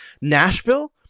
nashville